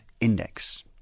Index